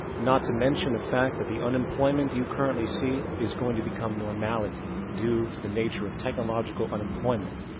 not to mention the fact that the unemployment you currently see. is going to become normality, due to the nature of technological unemployment.